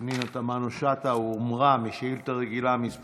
פנינה תמנו שטה, הומרה משאילתה רגילה, מס'